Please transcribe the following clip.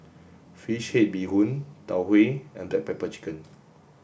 fish head bee hoon Tau Huay and black pepper chicken